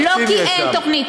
לא כי אין תוכנית,